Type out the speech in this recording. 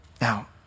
now